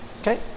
Okay